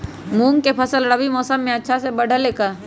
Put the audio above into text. मूंग के फसल रबी मौसम में अच्छा से बढ़ ले का?